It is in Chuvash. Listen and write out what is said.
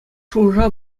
шухӑша